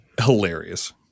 hilarious